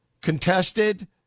Contested